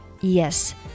Yes